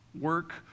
work